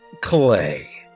Clay